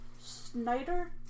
Snyder